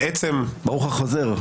-- ברוך החוזר.